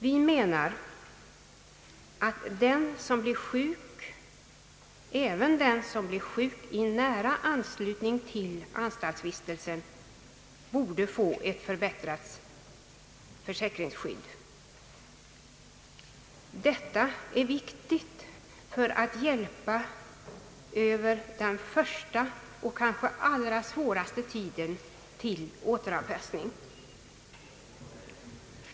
Vi anser att även den som blir sjuk i nära anslutning till anstaltsvistelse borde få ett förbättrat försäkringsskydd. Detta är viktigt för att hjälpa honom över den första och kanske allra svåraste tiden för återanpassning.